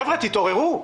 חבר'ה, תתעוררו.